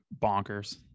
bonkers